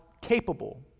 capable